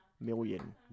million